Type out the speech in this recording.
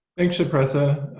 thanks, shpressa.